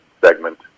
segment